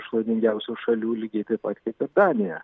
šlovingiausių šalių lygiai taip pat kaip ir danija